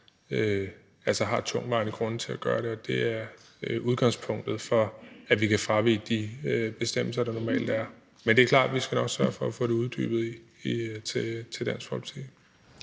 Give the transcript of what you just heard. har tungtvejende grunde til at gøre det, og det er udgangspunktet for, at vi kan fravige de bestemmelser, der normalt er. Men det er klart, at vi nok skal sørge for at få det uddybet til Dansk Folkeparti.